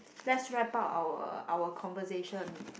let's wrap up our our conversation